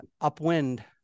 upwind